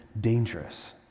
dangerous